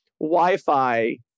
wi-fi